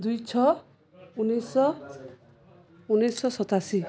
ଦୁଇ ଛଅ ଉଣେଇଶିଶହ ଉଣେଇଶିଶହ ସତାଅଶୀ